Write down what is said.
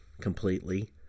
completely